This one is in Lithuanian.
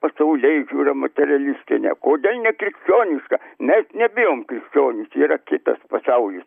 pasaulėžiūra materialistinė kodėl nekrikščioniška nes nebijom krikščionys yra kitas pasaulis